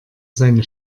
seine